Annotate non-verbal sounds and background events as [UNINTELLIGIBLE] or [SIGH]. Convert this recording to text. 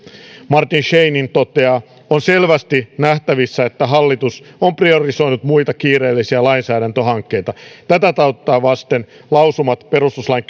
martin scheinin toteaa on selvästi nähtävissä että hallitus on priorisoinut muita kiireellisiä lainsäädäntöhankkeita tätä taustaa vasten lausumat perustuslain [UNINTELLIGIBLE]